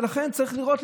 ולכן צריך לראות,